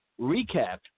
recap